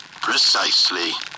Precisely